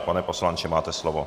Pane poslanče, máte slovo.